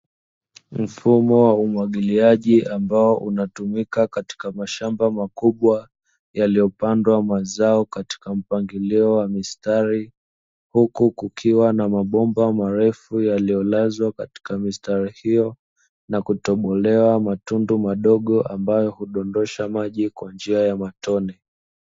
Mfumo wa umwagiliaji ambao unatumika katika mashamba makubwa yaliyopandwa mazao katika mpangilio wa mistari, huku kukiwa na mabomba marefu yaliyolazwa katika mistari hiyo na kutobolewa matundu madogo ambayo hudondosha maji kwa njia ya matone.